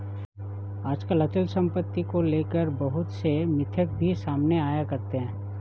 आजकल अचल सम्पत्ति को लेकर बहुत से मिथक भी सामने आया करते हैं